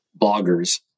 bloggers